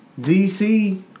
DC